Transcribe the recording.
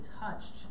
touched